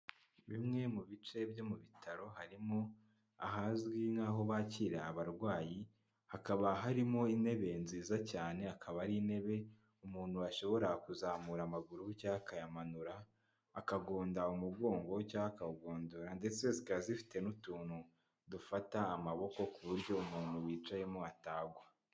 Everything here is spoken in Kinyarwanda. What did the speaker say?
Bimwe mu bice byo mu bitaro, harimo ahazwi nk'aho bakira abarwayi, hakaba harimo intebe nziza cyane, akaba ari intebe umuntu ashobora kuzamura amaguru cyangwa akayamanura, akagonda umugongo cyangwa akawugondora ndetse zikaba zifite n'utuntu, dufata amaboko ku buryo umuntu wicayemo atagwa.